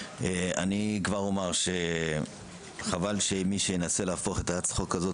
אני כבר אומר שחבל שמי שינסה להפוך את הצעת החוק הזאת